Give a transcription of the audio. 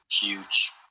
huge